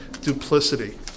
duplicity